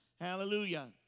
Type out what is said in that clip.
hallelujah